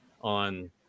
on